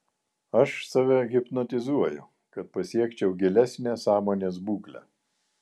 aš save hipnotizuoju kad pasiekčiau gilesnę sąmonės būklę